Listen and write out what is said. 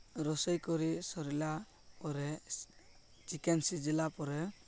ରୋଷେଇ କରି ସରିଲା ପରେ ଚିକେନ୍ ସିଝିଲା ପରେ